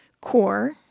core